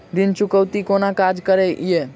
ऋण चुकौती कोना काज करे ये?